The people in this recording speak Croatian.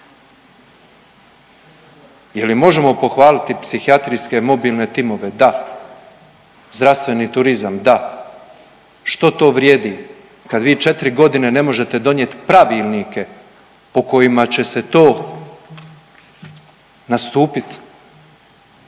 Je li možemo pohvaliti psihijatrijske mobilne timove? Da. Zdravstveni turizam? Da, što to vrijedi kad vi četri godine ne možete donijet pravilnike po kojima će se to nastupit,